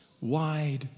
wide